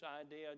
idea